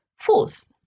Fourth